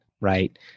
Right